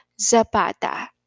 Zapata